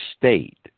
state